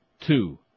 two